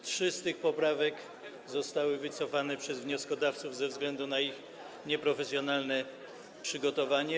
Trzy z tych poprawek zostały wycofane przez wnioskodawców ze względu na ich nieprofesjonalne przygotowanie.